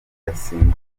yasimbuwe